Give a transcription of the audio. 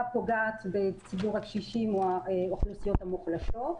פוגעת בציבור הקשישים או האוכלוסיות המוחלשות,